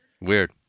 Weird